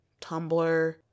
Tumblr